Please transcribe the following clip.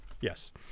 Yes